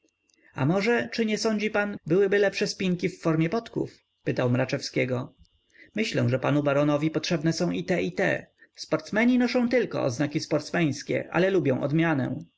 a może czy nie sądzi pan byłyby lepsze spinki w formie podków pytał mraczewskiego myślę że panu baronowi potrzebne są i te i te sportsmeni noszą tylko oznaki sportsmeńskie ale lubią odmianę